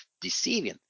deceiving